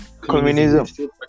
communism